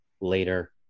later